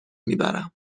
میبرم